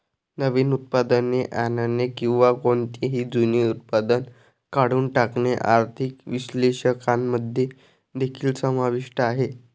नवीन उत्पादने आणणे किंवा कोणतेही जुने उत्पादन काढून टाकणे आर्थिक विश्लेषकांमध्ये देखील समाविष्ट आहे